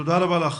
תודה רבה לך.